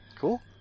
Cool